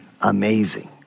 Amazing